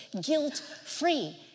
guilt-free